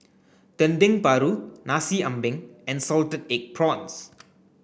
Dendeng Paru Nasi Ambeng and salted egg prawns